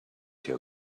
your